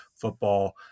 football